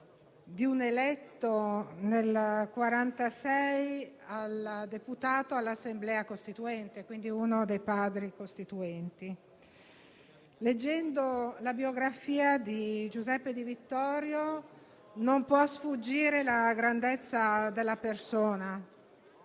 deputato eletto nel 1946 all'Assemblea costituente e, quindi, uno dei Padri costituenti. Leggendo la biografia di Giuseppe Di Vittorio non può sfuggire la grandezza della persona: